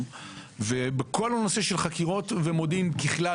בכל הנושא של חקירות ומודיעין ככלל,